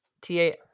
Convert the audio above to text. T-A